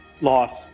loss